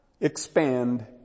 expand